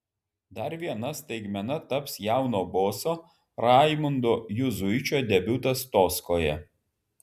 dar viena staigmena taps jauno boso raimundo juzuičio debiutas toskoje